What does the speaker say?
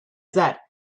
that